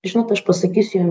žinot aš pasakysiu jum